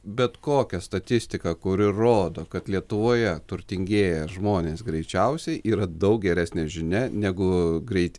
bet kokia statistika kuri rodo kad lietuvoje turtingėja žmonės greičiausiai yra daug geresnė žinia negu greit